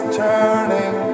turning